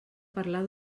parlar